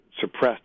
suppressed